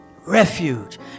refuge